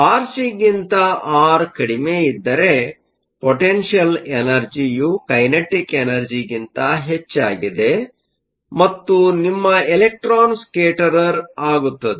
ಆರ್ಸಿಗಿಂತ R ಕಡಿಮೆ ಇದ್ದರೆ potential ಎನರ್ಜಿಯು ಕೈನೆಟಿಕ್ ಎನರ್ಜಿಗಿಂತ ಹೆಚ್ಚಾಗಿದೆ ಮತ್ತು ನಿಮ್ಮ ಎಲೆಕ್ಟ್ರಾನ್ ಸ್ಕೇಟರ್ ಆಗುತ್ತದೆ